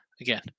Again